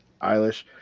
Eilish